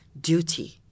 duty